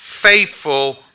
faithful